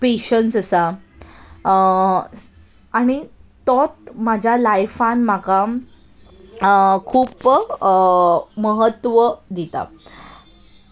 patience आसा आनी तोत म्हज्या लायफान म्हाका खूप म्हत्व दिता